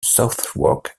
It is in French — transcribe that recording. southwark